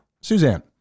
Suzanne